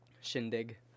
shindig